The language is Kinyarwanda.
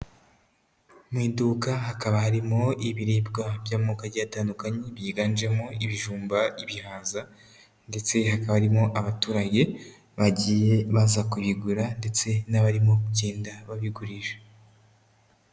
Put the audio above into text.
Mu iduka hakaba harimo ibiribwa by'amoko agiye atandukanye, byiganjemo ibijumba, ibihaza ndetse hakaba harimo abaturage bagiye baza kubigura ndetse n'abarimo kugenda babigurisha.